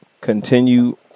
continue